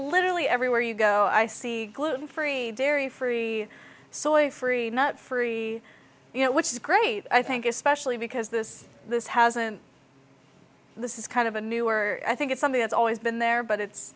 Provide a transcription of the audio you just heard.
literally everywhere you go i see gluten free dairy free soya free not free you know which is great i think especially because this this hasn't this is kind of a new or i think it's something that's always been there but it's